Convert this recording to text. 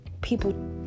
people